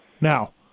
Now